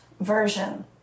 version